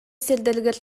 сирдэригэр